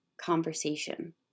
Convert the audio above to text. conversation